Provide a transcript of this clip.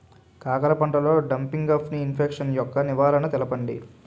కాకర పంటలో డంపింగ్ఆఫ్ని ఇన్ఫెక్షన్ యెక్క నివారణలు తెలపండి?